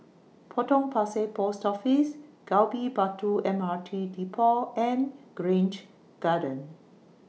Potong Pasir Post Office Gali Batu M R T Depot and Grange Garden